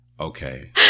Okay